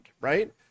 Right